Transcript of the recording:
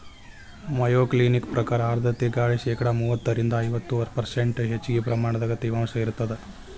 Mayo Clinic ಪ್ರಕಾರ ಆರ್ಧ್ರತೆ ಗಾಳಿ ಶೇಕಡಾ ಮೂವತ್ತರಿಂದ ಐವತ್ತು ಪರ್ಷ್ಂಟ್ ಹೆಚ್ಚಗಿ ಪ್ರಮಾಣದ ತೇವಾಂಶ ಇರತ್ತದ